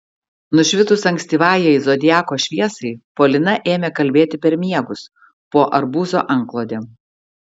nušvitus ankstyvajai zodiako šviesai polina ėmė kalbėti per miegus po arbūzo antklodėm